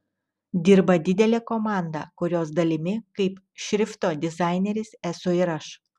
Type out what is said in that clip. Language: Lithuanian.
dirba didelė komanda kurios dalimi kaip šrifto dizaineris esu ir aš